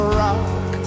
rock